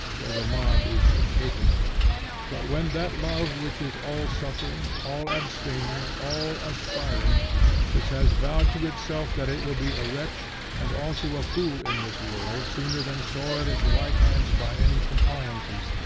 though the mob is incapable but when that love which is all-suffering, all-abstaining, all-aspiring, which has vowed to itself that it will be a wretch and also a fool in this world sooner than soil its white hands by any compliances,